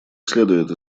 следует